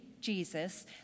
Jesus